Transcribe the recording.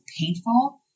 painful